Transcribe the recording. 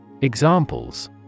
Examples